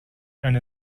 and